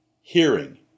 Hearing